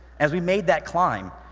as we made that climb,